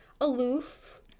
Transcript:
aloof